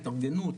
התארגנות,